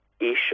ish